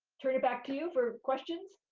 turn it back to you for questions.